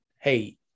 Hey